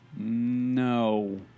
No